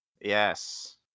Yes